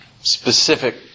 specific